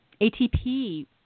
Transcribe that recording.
ATP